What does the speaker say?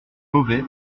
mauvais